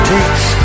Takes